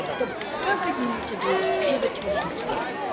the perfect move to do is pivot to a different scale.